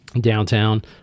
downtown